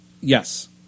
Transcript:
Yes